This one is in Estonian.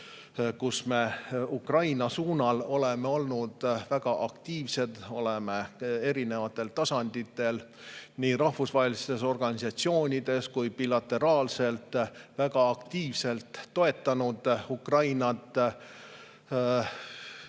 oleme Ukraina suunal olnud väga aktiivsed, oleme erinevatel tasanditel nii rahvusvahelistes organisatsioonides kui ka bilateraalselt väga aktiivselt toetanud Ukrainat,